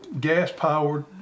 gas-powered